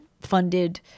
funded